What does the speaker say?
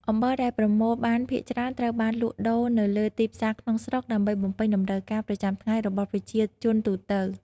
អំបិលដែលប្រមូលបានភាគច្រើនត្រូវបានលក់ដូរនៅលើទីផ្សារក្នុងស្រុកដើម្បីបំពេញតម្រូវការប្រចាំថ្ងៃរបស់ប្រជាជនទូទៅ។